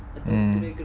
mm